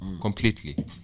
completely